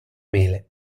mele